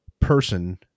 person